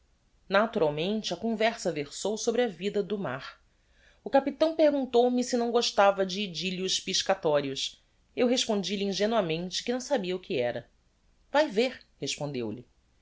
naturalmente a conversa versou sobre a vida do mar o capitão perguntou-me se não gostava de idyllios piscatorios eu respondi-lhe ingenuamente que não sabia o que era vae ver respondeu elle